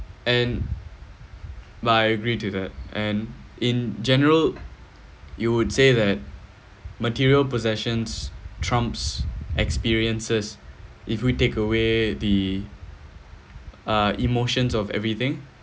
and but I agree to that and in general you would say that material possessions triumphs experiences if we take away the uh emotions of everything